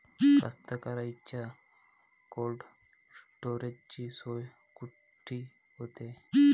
कास्तकाराइच्या कोल्ड स्टोरेजची सोय कुटी होते?